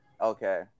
Okay